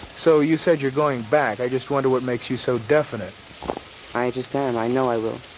so you said you're going back. i just wonder what makes you so definite i just ah am, i know i will.